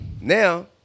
now